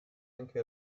anche